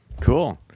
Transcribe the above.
Cool